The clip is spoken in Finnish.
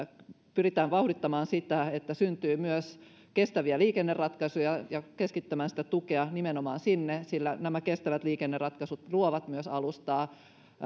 pyritään vauhdittamaan sitä että syntyy myös kestäviä liikenneratkaisuja ja keskittämään sitä tukea nimenomaan sinne sillä nämä kestävät liikenneratkaisut luovat myös alustaa